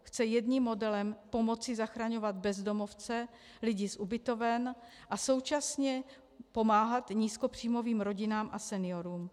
Chce jedním modelem pomoci zachraňovat bezdomovce, lidi z ubytoven, a současně pomáhat nízkopříjmovým rodinám a seniorům.